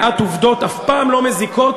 מעט עובדות אף פעם לא מזיקות,